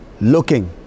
looking